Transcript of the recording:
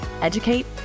educate